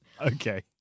Okay